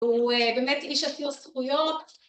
‫הוא באמת איש עתיר זכויות.